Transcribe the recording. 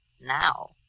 Now